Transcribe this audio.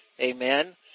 Amen